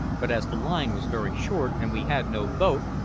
but as the line was very short and we had no boat,